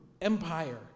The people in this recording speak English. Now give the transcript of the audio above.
empire